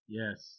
yes